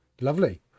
lovely